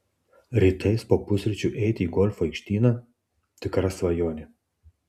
rytais po pusryčių eiti į golfo aikštyną tikra svajonė